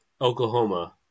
Oklahoma